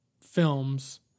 films